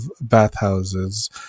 bathhouses